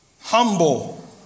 Humble